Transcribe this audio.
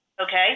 Okay